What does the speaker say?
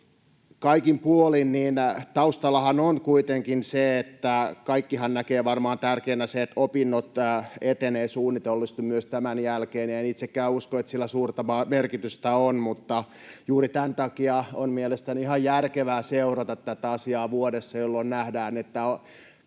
Kaikin puolin taustallahan on kuitenkin se, että kaikkihan näkevät varmaan tärkeänä sen, että opinnot etenevät suunnitellusti myös tämän jälkeen, ja en itsekään usko, että sillä suurta merkitystä on, mutta juuri tämän takia on mielestäni ihan järkevää seurata tätä asiaa vuodessa, jolloin nähdään,